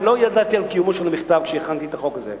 לא ידעתי על קיומו של המכתב כשהכנתי את החוק הזה.